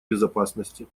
безопасности